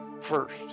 first